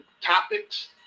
topics